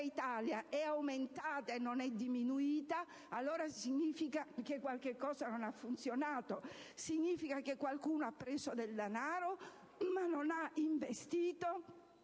Italia è aumentata e non è diminuita, allora significa che qualcosa non ha funzionato: significa che qualcuno ha preso del denaro, ma non ha investito